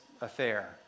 affair